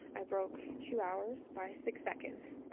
i broke two hours by six seconds,